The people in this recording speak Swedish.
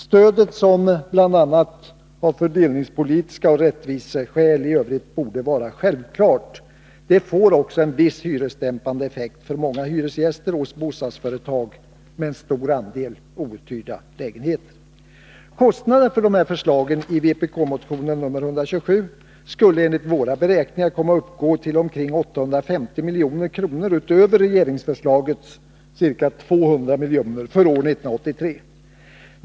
Stödet, som av bl.a. fördelningspolitiska skäl och rättviseskäl i övrigt borde vara självklart, får också en viss hyresdämpande effekt för många hyresgäster hos bostadsföretag med en stor andel outhyrda lägenheter. Kostnaderna för att genomföra förslagen i vpk-motionen nr 127 skulle enligt våra beräkningar komma att uppgå till omkring 850 milj.kr. utöver regeringsförslagens ca 200 miljoner för 1983.